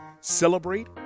celebrate